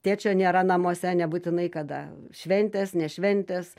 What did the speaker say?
tėčio nėra namuose nebūtinai kada šventės ne šventės